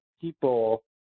people